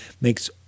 makes